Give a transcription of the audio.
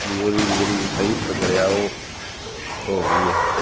ਵੀ ਉਹਦੀ ਜਿਹੜੀ ਸਹੀ ਪ੍ਰਕਿਰਿਆ ਉਹ ਹੋ ਗਈ ਹੈ